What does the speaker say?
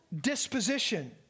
disposition